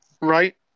Right